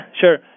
sure